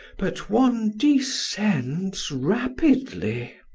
but one descends rapidly.